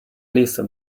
lisa